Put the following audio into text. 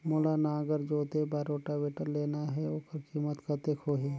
मोला नागर जोते बार रोटावेटर लेना हे ओकर कीमत कतेक होही?